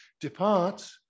depart